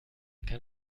kann